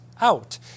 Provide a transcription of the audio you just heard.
out